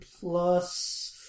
plus